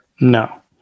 No